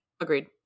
Agreed